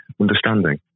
understanding